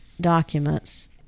documents